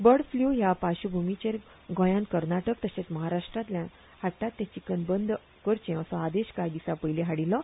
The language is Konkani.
बर्ड फ्लू च्या पाश्वभूमीचेर गोंयात कर्नाटक तशेंच महाराह्नष्ट्रातल्यान हाडटात ते चिकन बंद करचे असो आदेश कांय दिसा पयली काडीछो